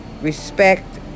respect